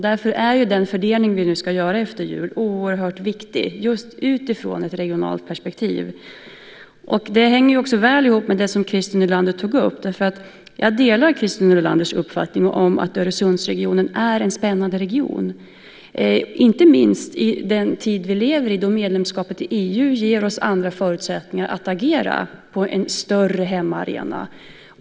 Därför är den fördelning som vi nu ska göra efter jul oerhört viktig just utifrån ett regionalt perspektiv. Det hänger också väl ihop med det som Christer Nylander tog upp. Jag delar Christer Nylanders uppfattning att Öresundsregionen är en spännande region. Det gäller inte minst i den tid vi lever i då medlemskapet i EU ger oss andra förutsättningar att agera på en större hemmaarena.